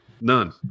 None